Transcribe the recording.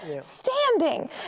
standing